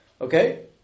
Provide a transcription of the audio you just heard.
Okay